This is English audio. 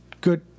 Good